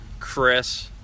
Chris